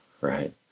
right